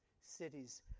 cities